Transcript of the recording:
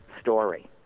story